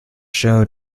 show